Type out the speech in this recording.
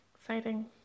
exciting